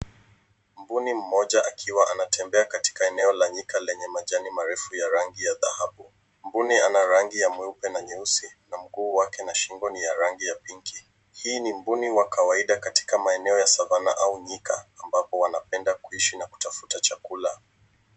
Mbuni mmoja akiwa anetembea katika eneo la nyika lenye majani marefu ya rangi ya thahabu. Mbuni anarangi ya nyeupe na nyeusi na mguu wake na shingo ni ya rangi ya pinki. Hii ni mbuni wa kawaida katika maeneo ya savana au nyika ambapo wanapenda kuishi na kutafuta chakula.